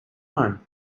home